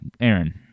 Aaron